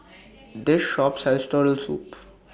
This Shop sells Turtle Soup